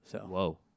Whoa